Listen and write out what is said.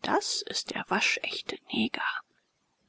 das ist der waschechte neger